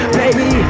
baby